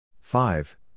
Five